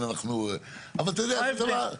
מה ההבדל?